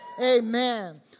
Amen